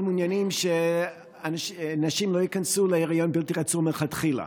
מעוניינים שנשים לא ייכנסו להיריון בלתי רצוי מלכתחילה.